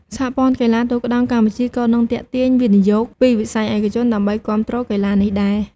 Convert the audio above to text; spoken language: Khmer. សហព័ន្ធកីឡាទូកក្ដោងកម្ពុជាក៏នឹងទាក់ទាញវិនិយោគពីវិស័យឯកជនដើម្បីគាំទ្រកីឡានេះដែរ។